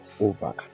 over